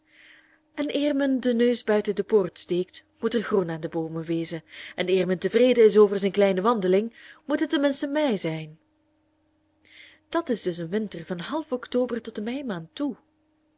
en eer men den neus buiten de poort steekt moet er groen aan de boomen wezen en eer men tevreden is over zijn kleine wandeling moet het tenminste mei zijn dat is dus een winter van half october tot de meimaand toe